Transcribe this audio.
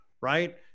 right